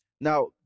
Now